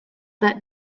that